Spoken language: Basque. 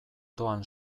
doan